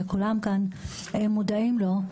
וכולם כאן מודעים אליו.